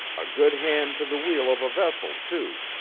a good hand to the wheel of a vessel, too,